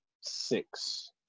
six